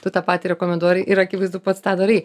tu tą patį rekomenduoji ir ir akivaizdu pats tą darei